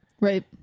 right